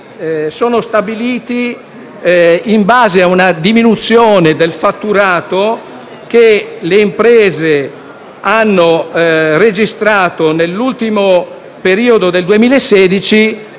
sono stabilite in base a una diminuzione del fatturato che le imprese hanno registrato nell'ultimo periodo del 2016